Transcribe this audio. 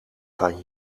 van